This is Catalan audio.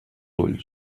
ulls